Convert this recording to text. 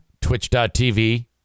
twitch.tv